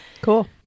Cool